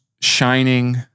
shining